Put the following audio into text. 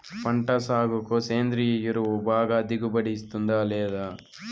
పంట సాగుకు సేంద్రియ ఎరువు బాగా దిగుబడి ఇస్తుందా లేదా